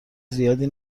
زیادی